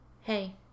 Hey